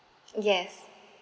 yes